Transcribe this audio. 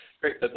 Great